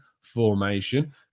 formation